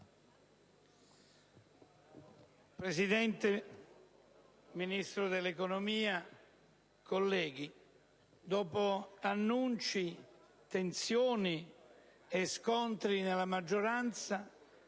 Presidente, Ministro dell'economia, colleghi, dopo annunci, tensioni e scontri nella maggioranza